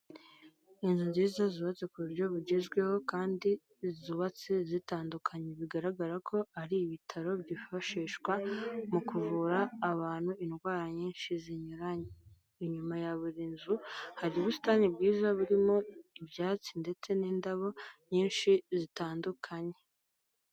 Inzu nziza zubatse ku buryo bugezweho kandi zubatse zitandukanye, bigaragara ko ari ibitaro byifashishwa mu kuvura abantu indwara nyinshi zinyuranye, inyuma ya buri nzu hari ubusitani bwiza burimo ibyatsi ndetse n'indabo nyinshi zitandukanye.